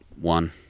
One